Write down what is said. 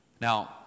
Now